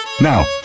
Now